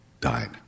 died